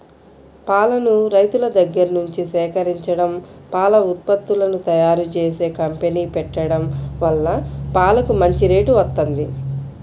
పాలను రైతుల దగ్గర్నుంచి సేకరించడం, పాల ఉత్పత్తులను తయ్యారుజేసే కంపెనీ పెట్టడం వల్ల పాలకు మంచి రేటు వత్తంది